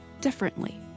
differently